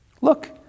Look